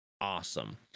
Awesome